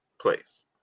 place